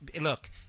look